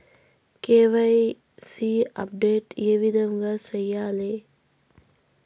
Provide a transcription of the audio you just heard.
KYC update ఏ విధంగా సేయాలి?